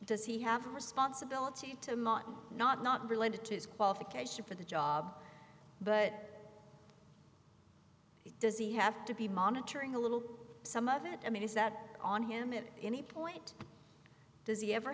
does he have a responsibility to not not not related to his qualification for the job but does he have to be monitoring a little some of it i mean is that on him in any point does he ever